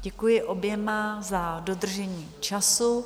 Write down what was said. Děkuji oběma za dodržení času.